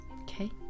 Okay